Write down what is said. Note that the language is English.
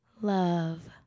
love